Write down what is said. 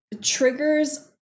triggers